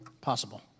Possible